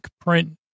print